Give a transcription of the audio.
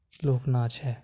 ਲੋਕ ਨਾਚ ਹੈ